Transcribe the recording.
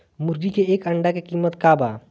मुर्गी के एक अंडा के कीमत का बा?